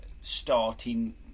starting